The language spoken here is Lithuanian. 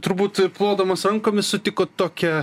turbūt plodamas rankomis sutikot tokią